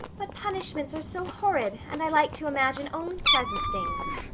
but punishments are so horrid and i like to imagine only pleasant things,